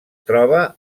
troba